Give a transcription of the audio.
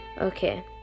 Okay